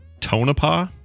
Tonopah